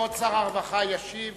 כבוד שר הרווחה ישיב